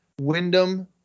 Wyndham